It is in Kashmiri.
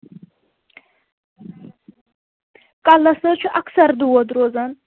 کَلَس حظ چھُ اکثر دود روزان